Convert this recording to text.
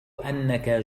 أنك